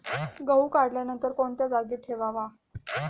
गहू काढल्यानंतर कोणत्या जागी ठेवावा?